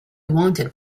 wanted